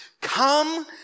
Come